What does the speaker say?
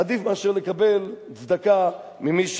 עדיף מאשר לקבל צדקה ממי,